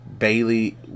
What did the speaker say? Bailey